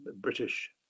British